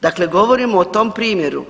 Dakle, govorimo o tom primjeru.